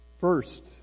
First